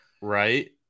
Right